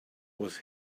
was